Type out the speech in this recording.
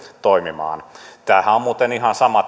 toimimaan tämä minimihän kaksi vuotta on muuten ihan sama